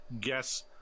guess